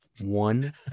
one